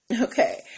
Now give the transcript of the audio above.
Okay